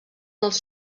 els